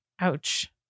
Ouch